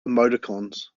emoticons